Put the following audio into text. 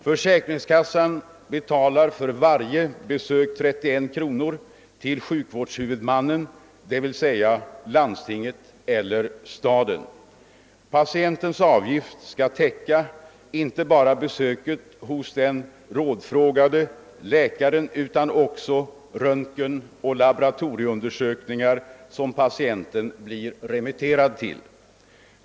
Försäkringskassan betalar för varje besök 31 kronor till sjukvårdshuvudmannen, d.v.s. landstinget eller staden. Patientens avgift skall täcka inte bara besöket hos den rådfrågade läkaren, utan också röntgenoch laboratorieundersökningar som patienten blir remitterad till.